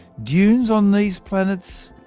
dunes on these planets?